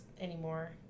anymore